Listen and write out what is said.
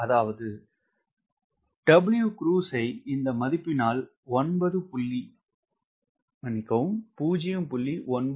அதாவது ஏதாவது Wcruise ஐ இந்த மதிப்பினால் 0